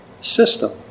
system